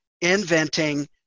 inventing